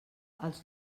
els